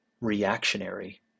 reactionary